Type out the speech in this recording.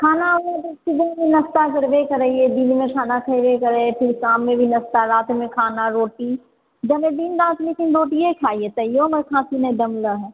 खाना उना तऽ सुबह मे नास्ता करबे करै हियै दिन मे खाना खेबे करै फिर शाम मे भी नास्ता रात मे खाना रोटी जाहिमे दिन राति रोटीये खाइ हियै तैयो हमर खाँसी नहि दम लै हय